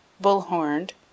bull-horned